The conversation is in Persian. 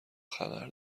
خبر